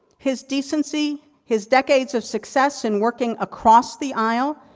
his decency, his decades of success, and working across the aisle,